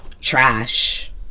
trash